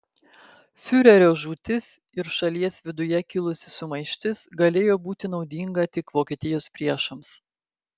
fiurerio žūtis ir šalies viduje kilusi sumaištis galėjo būti naudinga tik vokietijos priešams